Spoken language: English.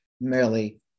merely